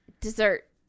Dessert